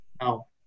now